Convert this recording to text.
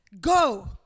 Go